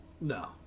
no